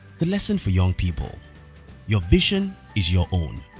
the lesson for young people your vision is your own,